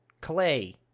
clay